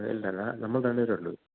ഇല്ലില്ല നമ്മൾ രണ്ട് പേരെയുള്ളൂ